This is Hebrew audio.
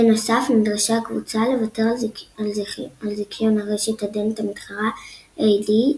בנוסף נדרשה הקבוצה לוותר על זיכיון הרשת הדנית המתחרה איי.די.